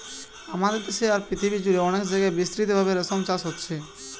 আমাদের দেশে আর পৃথিবী জুড়ে অনেক জাগায় বিস্তৃতভাবে রেশম চাষ হচ্ছে